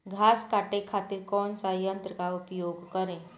घास काटे खातिर कौन सा यंत्र का उपयोग करें?